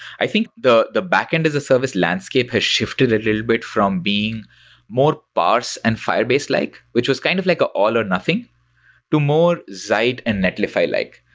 i think the the backend as a service landscape has shifted a little bit from being more parse and firebase-like, which was kind of like an ah all or nothing to more zeit and netlify like,